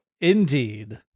Indeed